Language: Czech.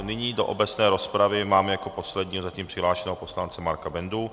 Nyní do obecné rozpravy mám jako posledního zatím přihlášeného poslance Marka Bendu.